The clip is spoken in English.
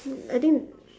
I think